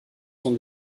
sont